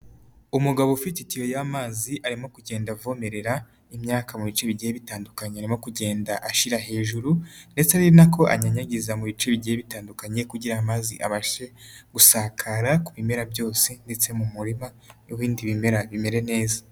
Umugabo ufite itiyo y'amazi arimo kugenda avomerera imyaka mu bice bigiye bitandukanye arimo kuganda bigenda ashyira hejuru ndetse ari nako anyanyagiza mu bice bigiye bitandukanye kugira ngo amazi abashe gusakara ku bimera byose ndetse mu murima n'ibindi bimera bimere neza.